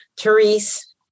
Therese